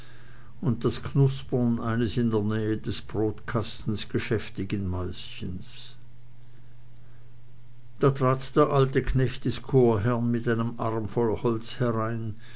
und das knuspern eines in der nähe des brotkastens geschäftigen mäuschens da trat der alte knecht des chorherrn mit einem arm voll holz herein